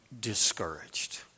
discouraged